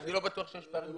אני לא בטוח שיש פערים.